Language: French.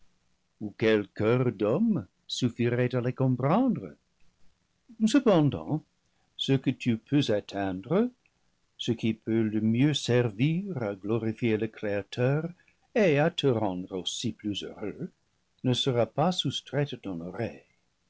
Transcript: ou quel coeur d'homme suffirait à les comprendre cependant ce que tu peux atteindre ce qui peut le mieux servir à glorifier le créa teur et à te rendre aussi plus heureux ne sera pas